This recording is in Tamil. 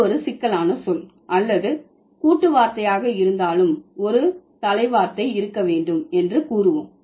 அது ஒரு சிக்கலான சொல் அல்லது கூட்டு வார்த்தையாக இருந்தாலும் ஒரு தலை வார்த்தை இருக்க வேண்டும் என்று கூறுவோம்